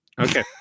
Okay